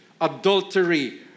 adultery